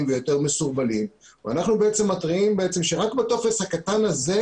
ויותר מסורבלים ואנחנו בעצם מתריעים שרק בטופס הקטן הזה,